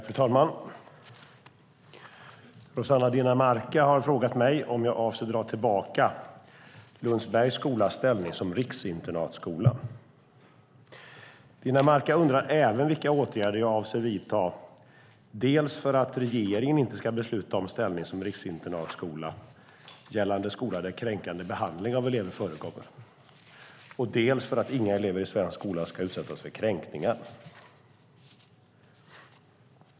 Fru talman! Rossana Dinamarca har frågat mig om jag avser att dra tillbaka Lundsbergs skolas ställning som riksinternatskola. Dinamarca undrar även vilka åtgärder jag avser att vidta dels för att regeringen inte ska besluta om ställning som riksinternatskola gällande skolor där kränkande behandling av elever förekommer, dels för att inga elever i svensk skola ska utsättas för kränkningar.